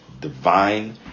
divine